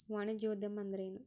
ವಾಣಿಜ್ಯೊದ್ಯಮಾ ಅಂದ್ರೇನು?